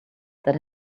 that